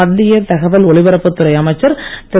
மத்திய தகவல் ஒலிப்பரப்பு துறை அமைச்சர் திரு